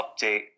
update